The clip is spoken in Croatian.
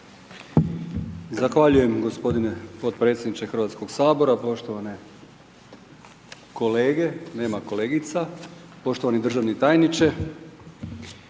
Zahvaljujem gospodine potpredsjedniče Hrvatskog sabora, poštovane kolege, nema kolegica, poštovani državni tajniče.